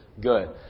Good